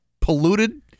polluted